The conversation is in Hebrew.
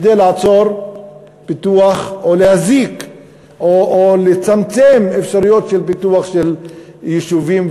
כדי לעצור פיתוח או להזיק או לצמצם אפשרויות של פיתוח של יישובים,